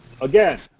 Again